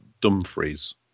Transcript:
Dumfries